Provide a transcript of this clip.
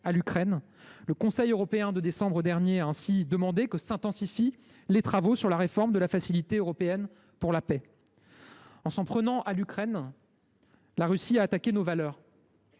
à l’Ukraine. Le Conseil européen de décembre dernier a ainsi demandé que s’intensifient les travaux sur la réforme de la Facilité européenne pour la paix (FEP). En s’en prenant à l’Ukraine, la Russie a attaqué nos valeurs.